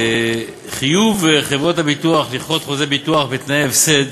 חיוב חברות הביטוח לכרות חוזי ביטוח בתנאי הפסד